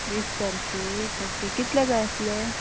वीस तारकेक ओके कितले जाय आसले